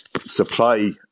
supply